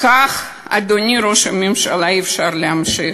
כך, אדוני ראש הממשלה, אי-אפשר להמשיך.